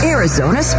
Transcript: Arizona